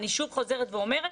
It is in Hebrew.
אני שוב חוזרת ואומרת,